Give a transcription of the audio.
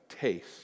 taste